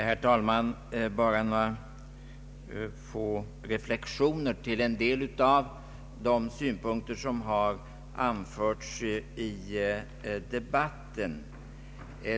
Herr talman! Bara några få reflexioner med anledning av en del av de synpunkter som har anförts i debatten!